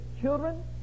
children